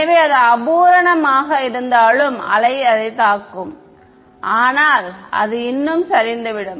எனவே அது அபூரண ஆக இருந்தாலும் அலை அதைத் தாக்கும் ஆனால் இன்னும் அது சரிந்துவிடும்